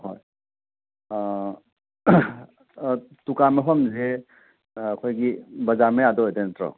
ꯍꯣꯏ ꯗꯨꯀꯥꯟ ꯃꯐꯝꯁꯦ ꯑꯩꯈꯣꯏꯒꯤ ꯕꯖꯥꯔ ꯃꯌꯥꯗ ꯑꯣꯏꯗꯣꯏ ꯅꯠꯇ꯭ꯔꯣ